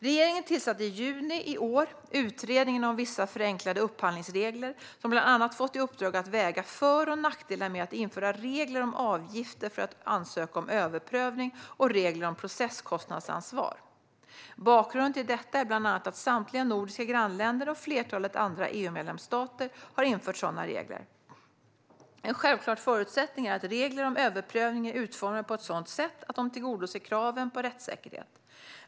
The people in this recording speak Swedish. Regeringen tillsatte i juni i år Utredningen om vissa förenklade upphandlingsregler, som bland annat fått i uppdrag att väga för och nackdelar med att införa regler om avgifter för att ansöka om överprövning och regler om processkostnadsansvar. Bakgrunden till detta är bland annat att samtliga nordiska grannländer och flertalet andra EU-medlemsstater har infört sådana regler. En självklar förutsättning är att regler om överprövning är utformade på ett sådant sätt att de tillgodoser kraven på rättssäkerhet.